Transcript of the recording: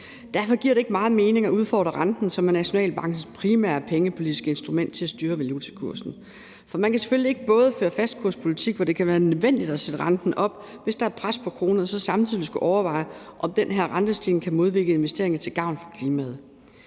Derfor giver det ikke meget mening at udfordre renten, som er Nationalbankens primære pengepolitiske instrument til at styre valutakursen. For man kan selvfølgelig ikke både føre fastkurspolitik, hvor det kan være nødvendigt at sætte renten op, hvis der er pres på kronen, og så samtidig skulle overveje, om den her rentestigning kan modvirke investeringer til gavn for klimaet.